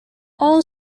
all